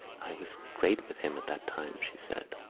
i was great with him at that time, she said.